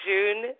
June